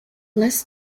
less